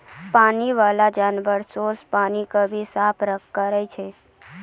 पानी बाला जानवर सोस पानी के भी साफ करै छै